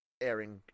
airing